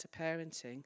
parenting